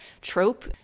trope